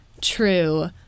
true